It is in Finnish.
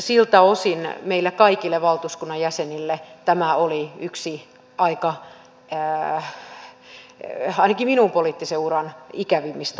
siltä osin meille kaikille valtuuskunnan jäsenille tämä oli yksi ainakin minun poliittisen urani ikävimmistä hetkistä